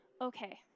okay